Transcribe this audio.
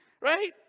Right